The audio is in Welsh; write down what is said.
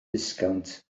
disgownt